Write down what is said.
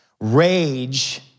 Rage